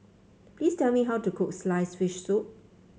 please tell me how to cook sliced fish soup